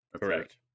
Correct